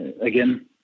again